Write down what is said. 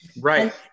Right